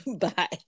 Bye